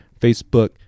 Facebook